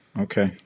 Okay